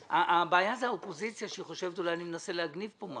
הבעיה זה האופוזיציה שחושבת אולי אני מנסה להגניב פה משהו.